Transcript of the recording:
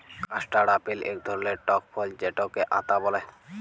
custard apple ইক ধরলের টক ফল যেটকে আতা ব্যলে